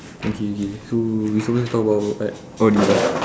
okay K so we supposed talk about what all this ah